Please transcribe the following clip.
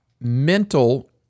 mental